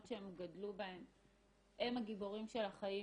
שהם גדלו בהן הם הגיבורים של החיים.